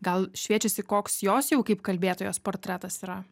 gal šviečiasi koks jos jau kaip kalbėtojos portretas yra